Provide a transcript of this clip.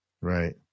right